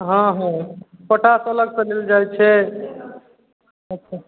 हँ हँ पोटाश अलगसँ मिल जाए छै अच्छा